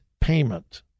payment